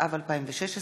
התשע"ו 2016,